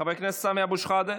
חבר הכנסת סמי אבו שחאדה,